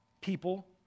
people